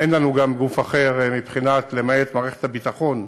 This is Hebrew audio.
אין לנו גם גוף אחר, למעט מערכת הביטחון,